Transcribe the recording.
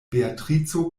beatrico